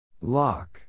Lock